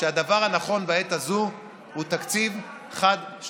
שהדבר הנכון בעת הזאת הוא תקציב חד-שנתי.